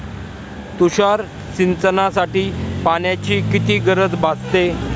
तुषार सिंचनासाठी पाण्याची किती गरज भासते?